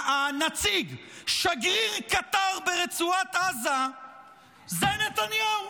הנציג, שגריר קטר ברצועת עזה הוא נתניהו.